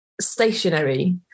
stationary